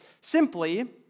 Simply